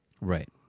Right